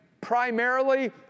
primarily